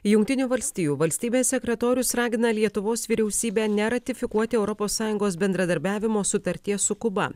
jungtinių valstijų valstybės sekretorius ragina lietuvos vyriausybę neratifikuoti europos sąjungos bendradarbiavimo sutarties su kuba